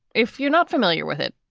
if you're not familiar with it,